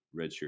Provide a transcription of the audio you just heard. redshirt